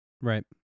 right